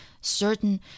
certain